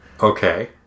Okay